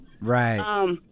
Right